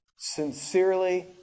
Sincerely